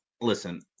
listen